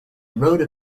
wrote